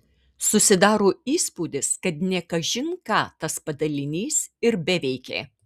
susidaro įspūdis kad ne kažin ką tas padalinys ir beveikė